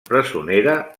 presonera